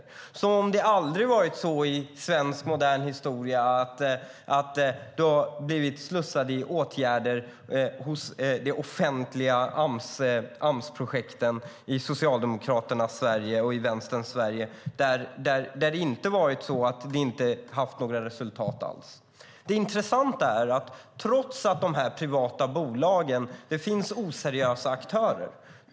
Det är som att det aldrig i svensk modern historia varit så att människor har blivit slussade i åtgärder hos de offentliga AMS-projekten i Socialdemokraternas och Vänsterns Sverige som inte haft några resultat alls. Det finns oseriösa aktörer.